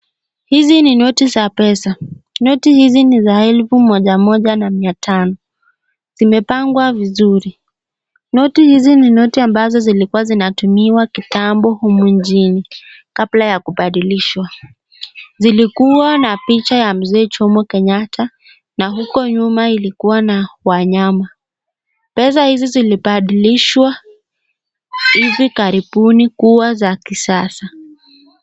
Hizi ni noti za pesa. Noti hizi ni za elfu moja moja na mia tano, zimepangwa vizuri. Noti hizi ni noti ambazo zilikuwa zinatumiwa kitambo humu nchini kabla ya kubadilishwa. Zilikuwa na picha za mzee Jomo Kenyatta na huko nyuma ilikuwa na Wanyama. Pesa hizi zilibadilishwa hivi karibuni kuwa za kisasa.